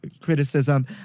criticism